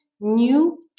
new